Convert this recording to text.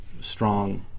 strong